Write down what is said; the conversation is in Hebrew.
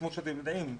כמו שאתם יודעים,